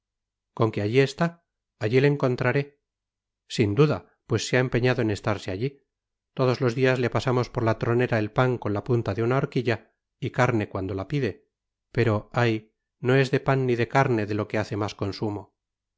con qué alli está alli le encontraré sin duda pues se ha empeñado en estarse alli todos los dias le pasa mos por la tronera el pan con la punta de una horquilla y carne cuando la pide pero ay no es de pan ni de carne de lo que hace mas consumo